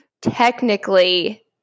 technically